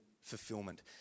fulfillment